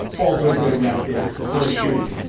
also has been arrested for a shooting.